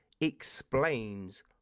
explains